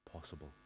possible